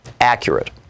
accurate